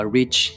rich